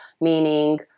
meaning